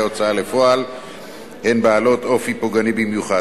ההוצאה לפועל הן בעלות אופי פוגעני במיוחד,